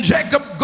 Jacob